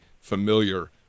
familiar